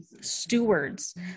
stewards